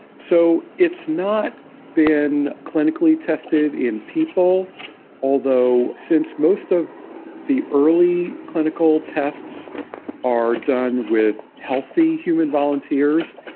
so it's not been clinically tested in people although since most of the early clinical tests are done with healthy human volunteers,